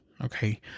okay